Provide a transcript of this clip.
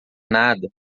nada